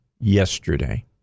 yesterday